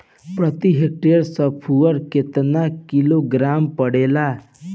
प्रति हेक्टेयर स्फूर केतना किलोग्राम पड़ेला?